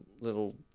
little